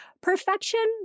perfection